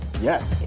yes